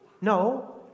no